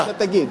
מה שאתה תגיד.